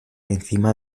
encima